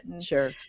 sure